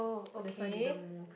so that's why didn't move